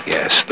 Yes